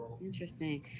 Interesting